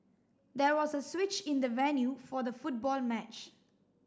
there was a switch in the venue for the football match